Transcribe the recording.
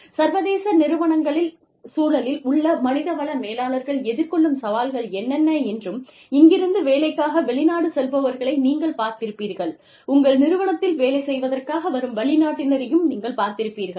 சர்வதேச நிறுவனங்களின் சூழலில் உள்ள மனிதவள மேலாளர்கள் எதிர்கொள்ளும் சவால்கள் என்னென்ன என்றும் இங்கிருந்து வேலைக்காக வெளிநாடு செல்பவர்களை நீங்கள் பார்த்திருப்பீர்கள் உங்கள் நிறுவனத்தில் வேலை செய்வதற்காக வரும் வெளிநாட்டினரையும் நீங்கள் பார்த்திருப்பீர்கள்